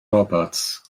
roberts